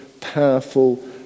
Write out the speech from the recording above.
powerful